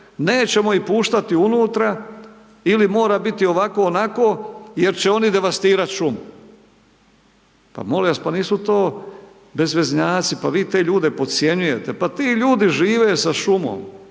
nećemo ih puštati unutra ili mora biti ovako onako jer će oni devastirat šumu. Pa molim vas pa nisu to bezveznjaci pa vi te ljude podcjenjujete pa ti ljudi žive sa šumom.